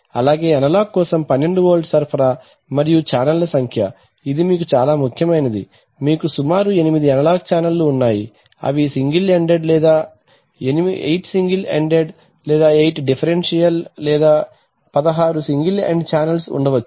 అలాగే అనలాగ్ కోసం 12 వోల్ట్ సరఫరా మరియు ఛానెళ్ల సంఖ్య ఇది మీకు చాలా ముఖ్యమైనది మీకు సుమారు 8 అనలాగ్ ఛానెల్లు ఉన్నాయి అవి సింగిల్ ఎండెడ్ లేదా మీకు 8 సింగిల్ ఎండెడ్ 8 డిఫెరెన్షియల్ లేదా 16 సింగిల్ ఎండ్ ఛానెల్స్ ఉండవచ్చు